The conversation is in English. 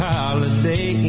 Holiday